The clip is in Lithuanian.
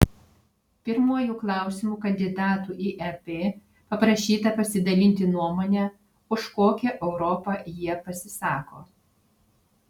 pirmuoju klausimu kandidatų į ep paprašyta pasidalinti nuomone už kokią europą jie pasisako